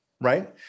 right